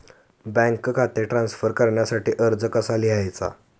Bank खाते transfer करण्यासाठी अर्ज कसा लिहायचा?